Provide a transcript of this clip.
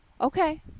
Okay